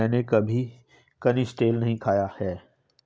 मैंने कभी कनिस्टेल नहीं खाया है